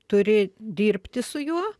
turi dirbti su juo